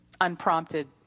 unprompted